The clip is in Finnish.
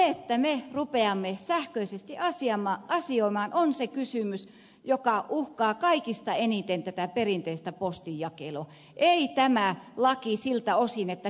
se että me rupeamme sähköisesti asioimaan on se kysymys joka uhkaa kaikista eniten tätä perinteistä postinjakelua ei tämä laki siltä osin että kilpailua avataan